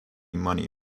money